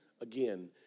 again